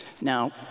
Now